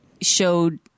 showed